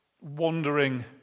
wandering